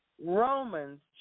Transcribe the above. Romans